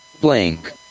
Blank